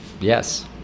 Yes